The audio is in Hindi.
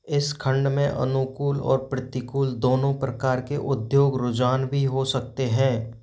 इस खण्ड में अनुकूल और प्रतिकूल दोनों प्रकार के उद्योग रुझान भी हो सकते हैं